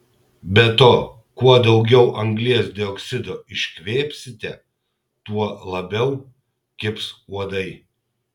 be to kuo daugiau anglies dioksido iškvėpsite tuo labiau kibs uodai